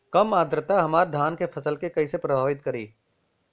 कम आद्रता हमार धान के फसल के कइसे प्रभावित करी?